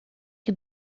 que